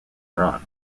iran